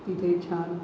तिथे छान